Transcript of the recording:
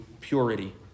purity